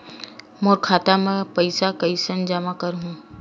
मोर खाता म पईसा कइसे जमा करहु?